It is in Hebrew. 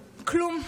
כלום.